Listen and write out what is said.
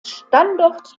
standort